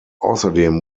außerdem